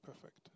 Perfect